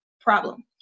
problem